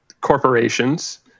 corporations